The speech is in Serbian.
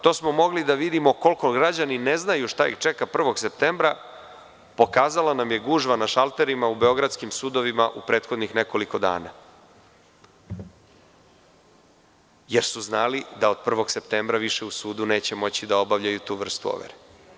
To smo mogli da vidimo koliko građani ne znaju šta ih čega 1. septembra, pokazala nam je gužva na šalterima u beogradskim sudovima u prethodnih nekoliko dana, jer su znali da od 1. septembra više u sudu neće moći da obavljaju tu vrstu overe.